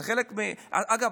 אגב,